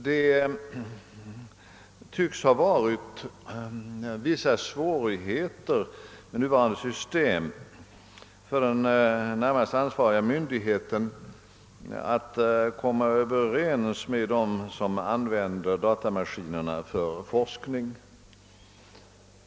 Det tycks ha varit vissa svårigheter förknippade med det nuvarande systemet när det för den närmast ansvariga myndigheten gällt att komma överens med dem som använder datamaskinerna för forskningsändamål.